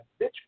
bitch